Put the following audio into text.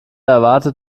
erwartet